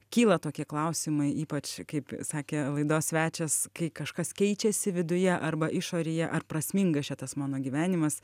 kyla tokie klausimai ypač kaip sakė laidos svečias kai kažkas keičiasi viduje arba išorėje ar prasmingas čia tas mano gyvenimas